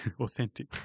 Authentic